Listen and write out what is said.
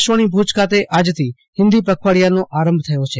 આકાશવાણી ભૂજ ખાતે આજથી હિન્દી પખવાડીયાનો આરભ થયો છે